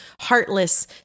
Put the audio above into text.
heartless